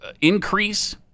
increase